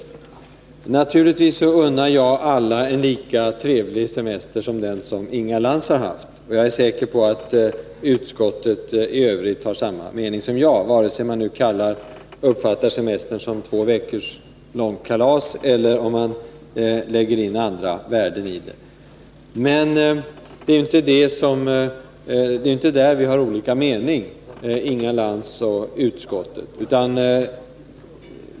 Jag unnar naturligtvis alla en lika trevlig semester som den Inga Lantz har haft, och jag är säker på att utskottet i övrigt har samma uppfattning som jag, vare sig man uppfattar semestern som ett två veckor långt kalas eller om man lägger in andra värden i den. Men det är inte i den frågan som Inga Lantz och utskottet har olika mening.